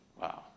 Wow